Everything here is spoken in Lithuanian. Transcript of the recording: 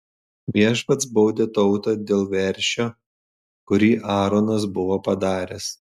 viešpats baudė tautą dėl veršio kurį aaronas buvo padaręs